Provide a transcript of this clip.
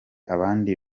abandi